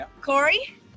Corey